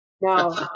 No